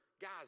Guys